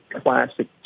classic